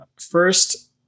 first